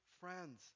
friends